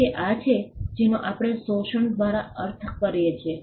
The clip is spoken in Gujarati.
તેથી આ છે જેનો આપણે શોષણ દ્વારા અર્થ કરીએ છીએ